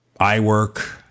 iWork